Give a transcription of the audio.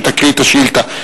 שתקריא את השאילתא.